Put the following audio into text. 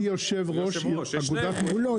אני יושב ראש אגודת --- לא,